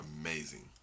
amazing